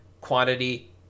quantity